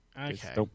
Okay